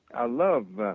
i love, but